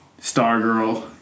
Stargirl